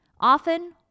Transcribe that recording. Often